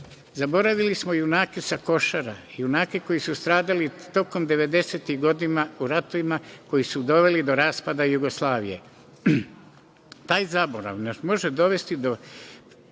agresije. Zaboravili smo junake sa Košara, junake koji su stradali tokom 90-tih godina u ratovima koji su doveli do raspada Jugoslavije. Taj zaborav nas može dovesti do